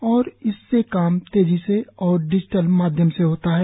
और इससे काम तेजी से और डिजिटल माध्यम से काम होता है